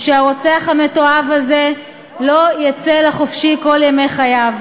ושהרוצח המתועב הזה לא יצא לחופשי כל ימי חייו.